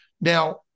Now